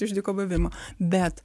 iš dyko buvimo bet